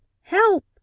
Help